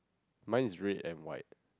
mine is red and white